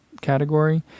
category